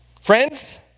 Friends